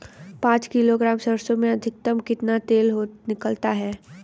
पाँच किलोग्राम सरसों में अधिकतम कितना तेल निकलता है?